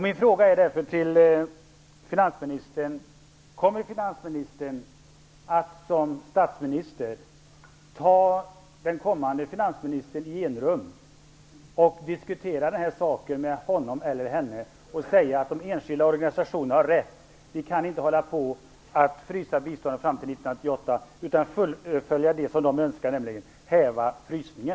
Min fråga är därför: Kommer finansministern att som statsminister ta den kommande finansministern i enrum och diskutera den här saken med honom eller henne och säga att de enskilda organisationerna har rätt, vi kan inte frysa biståndet fram till 1998 utan måste fullfölja det som de önskar, nämligen häva frysningen?